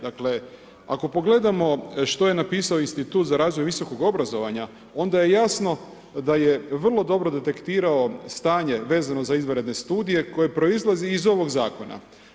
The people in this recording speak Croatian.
Dakle ako pogledamo što je napisao Institut za razvoj visokog obrazovanja onda je jasno da je vrlo dobro detektirao stanje vezano za izvanredne studije koje proizlazi iz ovog zakona.